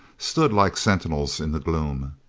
stood like sentinels in the gloom.